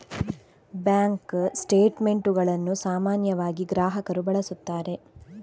bank ಸ್ಟೇಟ್ ಮೆಂಟುಗಳನ್ನು ಸಾಮಾನ್ಯವಾಗಿ ಗ್ರಾಹಕರು ಬಳಸುತ್ತಾರೆ